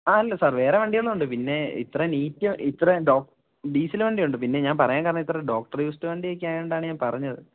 ആ അല്ല സാർ വേറെ വണ്ടികളുണ്ട് പിന്നെ ഇത്രയും നീറ്റ് ഇത്രയും ഡീസല് വണ്ടിയുണ്ട് പിന്നെ ഞാൻ പറയാൻ കാരണം ഇതൊരു ഡോക്ടർ യൂസ്ഡ് വണ്ടിയൊക്കെയായതുകൊണ്ടാണ് ഞാൻ പറഞ്ഞത്